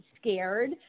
scared